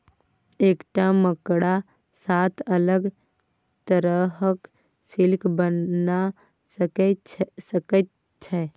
एकटा मकड़ा सात अलग तरहक सिल्क बना सकैत छै